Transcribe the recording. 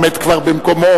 העומד כבר במקומו.